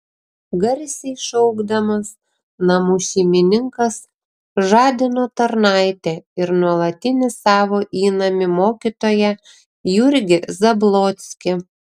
garsiai šaukdamas namų šeimininkas žadino tarnaitę ir nuolatinį savo įnamį mokytoją jurgį zablockį